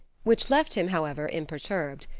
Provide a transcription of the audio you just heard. which left him, however, imperturbed.